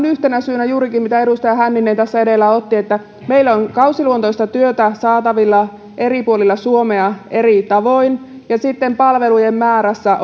yhtenä syynä juurikin se mitä edustaja hänninen edellä otti esiin että meillä on kausiluontoista työtä saatavilla eri puolilla suomea eri tavoin ja palvelujen määrässä